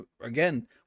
Again